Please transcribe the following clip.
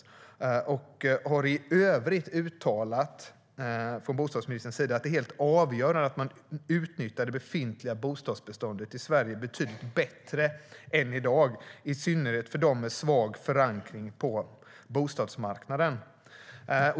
Bostadsministern har i övrigt uttalat att det är helt avgörande att man utnyttjar det befintliga bostadsbeståndet i Sverige betydligt bättre än i dag, i synnerhet för dem med svag förankring på bostadsmarknaden.